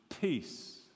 peace